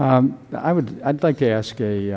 i'm i would i'd like to ask a